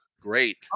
Great